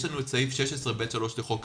יש לנו סעיף 16(ב)(3) לחוק הפיקוח,